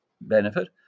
benefit